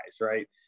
Right